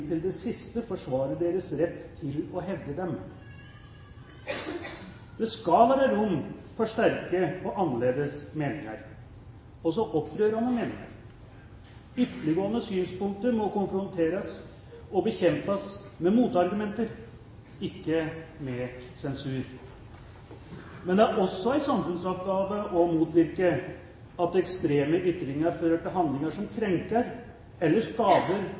det siste forsvare Deres rett til å hevde dem. Det skal være rom for sterke og annerledes meninger – også opprørende meninger. Ytterliggående synspunkter må konfronteres og bekjempes med motargumenter, ikke med sensur. Men det er også en samfunnsoppgave å motvirke at ekstreme ytringer fører til handlinger som krenker eller skader